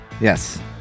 Yes